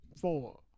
four